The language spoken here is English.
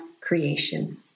creation